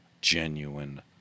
genuine